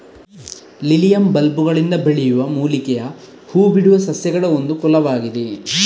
lilium ಬಲ್ಬುಗಳಿಂದ ಬೆಳೆಯುವ ಮೂಲಿಕೆಯ ಹೂ ಬಿಡುವ ಸಸ್ಯಗಳಒಂದು ಕುಲವಾಗಿದೆ